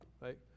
right